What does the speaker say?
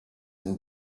and